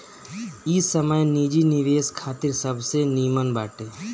इ समय निजी निवेश खातिर सबसे निमन बाटे